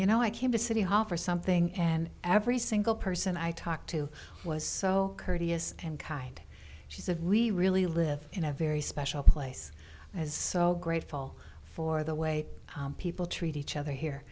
you know i came to city hall for something and every single person i talked to was so courteous and kind she said we really live in a very special place as so grateful for the way people treat each other here